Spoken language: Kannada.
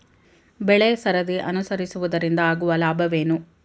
ಬೆಳೆಸರದಿ ಅನುಸರಿಸುವುದರಿಂದ ಆಗುವ ಲಾಭವೇನು?